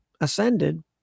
ascended